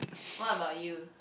what about you